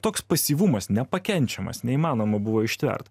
toks pasyvumas nepakenčiamas neįmanoma buvo ištvert